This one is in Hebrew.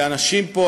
שאנשים פה,